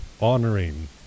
honoring